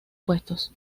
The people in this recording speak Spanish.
puestos